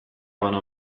bana